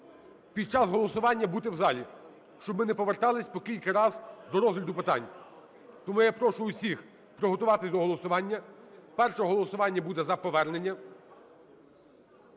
під час голосування бути в залі, щоб ми не поверталися по кілька раз до розгляду питань. Тому я прошу усіх приготуватися до голосування. Перше голосування буде за повернення.